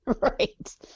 Right